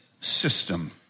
system